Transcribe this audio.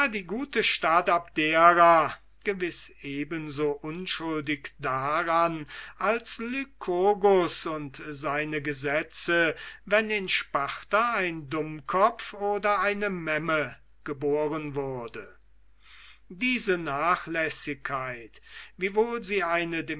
die gute stadt abdera gewiß eben so unschuldig daran als lykurgus und seine gesetze wenn in sparta ein dummkopf oder eine memme geboren wurde diese nachlässigkeit wiewohl sie eine